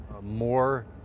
more